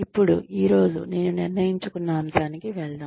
ఇప్పుడు ఈ రోజు నేను నిర్ణయించుకున్న అంశానికి వెళ్దాం